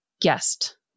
guest